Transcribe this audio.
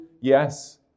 yes